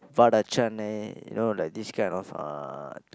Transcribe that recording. Vada Chennai you know like this kind of uh